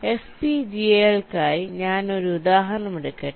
FPGA കൾക്കായി ഞാൻ ഒരു ഉദാഹരണം എടുക്കട്ടെ